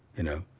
you know?